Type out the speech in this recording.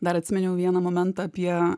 dar atsiminiau vieną momentą apie